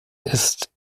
ist